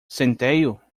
centeio